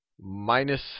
minus